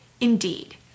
Indeed